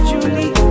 Julie